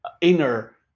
inner